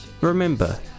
remember